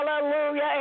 Hallelujah